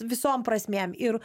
visom prasmėm ir